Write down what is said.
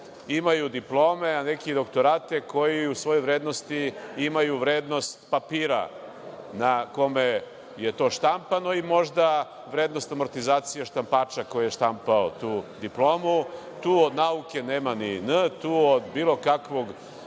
imaju diplome, a neki i doktorate koji u svojoj vrednosti imaju vrednost papira na kome je to štampano i možda vrednost amortizacije štampača koji je štampao tu diplomu, tu od nauke nema ni „n“, tu od bilo kakvog